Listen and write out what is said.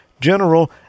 general